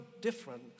different